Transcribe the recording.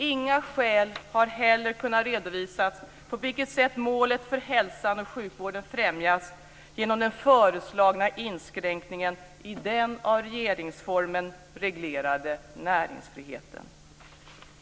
Inga skäl har heller kunnat redovisas när det gäller på vilket sätt målet för hälsan och sjukvården främjas genom den föreslagna inskränkningen i den av regeringsformen reglerade näringsfriheten.